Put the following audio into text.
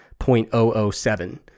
0.007